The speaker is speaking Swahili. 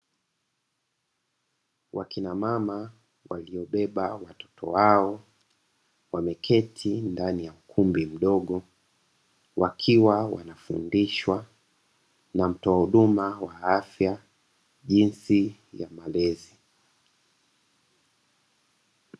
Wakina mama waliobeba watoto wao wameketi ndani ya ukumbi mdogo, wakiwa wanafundishwa na mtoa huduma wa afya jinsi ya malezi.